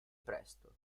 presto